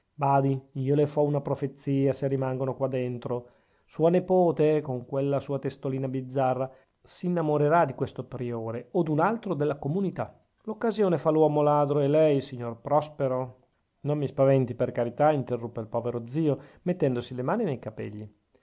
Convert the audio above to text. badi io le fo una profezia se rimangono qua dentro sua nepote con quella sua testolina bizzarra s'innamorerà di questo priore o d'un altro della comunità l'occasione fa l'uomo ladro e lei signor prospero non mi spaventi per carità interruppe il povero zio mettendosi le mani ai capegli